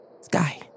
Sky